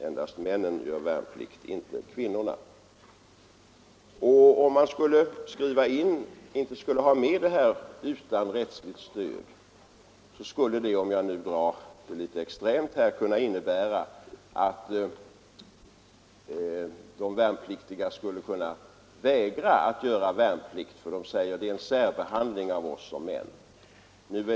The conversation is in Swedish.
Endast männen gör värnplikt, inte kvinnorna. Om man inte skulle ha med formuleringen ”utan rättsligt stöd” skulle det — om jag uttrycker det litet extremt — kunna innebära att värnpliktiga kunde vägra att göra värnplikt genom att säga att denna innebär en särbehandling av dem som män.